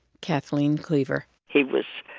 kathleen cleaver he was